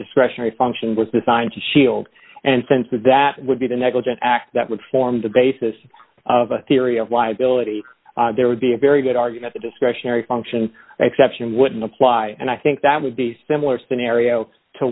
discretionary function was designed to shield and since that that would be the negligent act that would form the basis of a theory of liability there would be a very good argument the discretionary function exception wouldn't apply and i think that would be similar scenario to